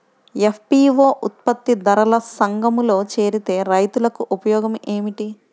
FPO ఉత్పత్తి దారుల సంఘములో చేరితే రైతులకు ఉపయోగము ఏమిటి?